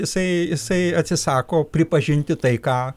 jisai jisai atsisako pripažinti tai ką